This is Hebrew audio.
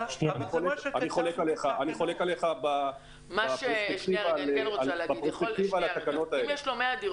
אני חולק עליך בפרספקטיבה על התקנות האלה.